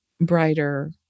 brighter